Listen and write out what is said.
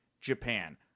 Japan